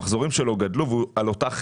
המחזורים שלו גדלו והוא על אותה חברה.